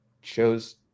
shows